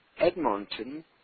Edmonton